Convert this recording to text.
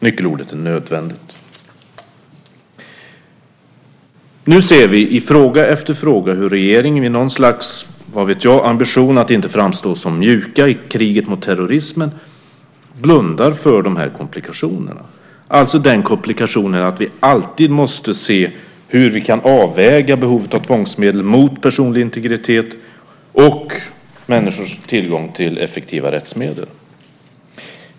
Nyckelordet är "nödvändigt". Nu ser vi i fråga efter fråga hur regeringen i något slags ambition att inte framstå som mjuk - vad vet jag - i kriget mot terrorismen blundar för de här komplikationerna. Det gäller komplikationen att vi alltid måste se hur vi kan avväga behovet av tvångsmedel mot personlig integritet och människors tillgång till effektiva rättsmedel.